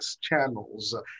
channels